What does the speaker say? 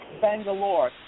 Bangalore